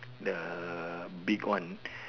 the big one